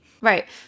Right